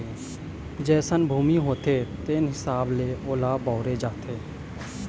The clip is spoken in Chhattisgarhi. जइसन भूमि होथे तेन हिसाब ले ओला बउरे जाथे